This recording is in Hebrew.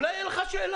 אבל אולי תהיה לך שאלה.